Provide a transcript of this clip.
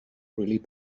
really